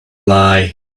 lie